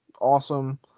awesome